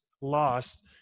lost